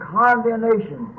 condemnation